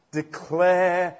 declare